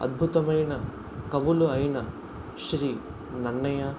అద్భుతమైన కవులు అయిన శ్రీ నన్నయ్య